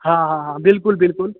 हाँ हाँ हाँ बिल्कुल बिल्कुल